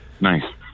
nice